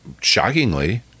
shockingly